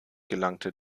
gelangte